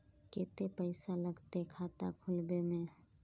केते पैसा लगते खाता खुलबे में?